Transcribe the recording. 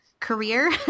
Career